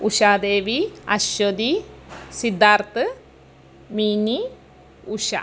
Usha Devi Aswathy Siddharth Mini Usha